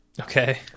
Okay